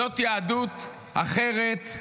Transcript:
זאת יהדות אחרת,